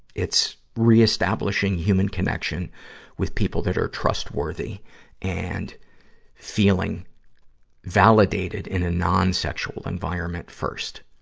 it's re-establishing human connection with people that are trustworthy and feeling validated in a non-sexual environment first.